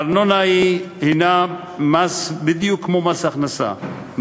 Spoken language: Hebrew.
הארנונה היא מס בדיוק כמו מס הכנסה,